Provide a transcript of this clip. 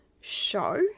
show